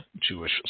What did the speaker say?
Jewish